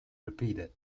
repeated